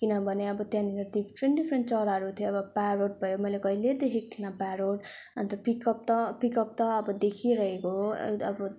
किनभने अब त्यहाँनिर डिफ्रेन्ट डिफ्रेन्ट चराहरू थियो अब प्यारोट भयो मैले कहिल्यै देखेको थिइनँ प्यारोट अन्त पिकक त पिकक त अब देखिरहेको हो अन्त अब